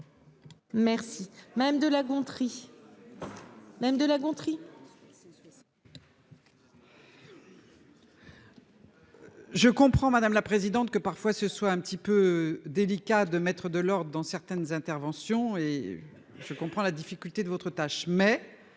Avez. Madame de La Gontrie. Je comprends madame la présidente, que parfois ce soit un petit peu délicat de mettre de l'ordre dans certaines interventions et je comprends la difficulté de votre tâche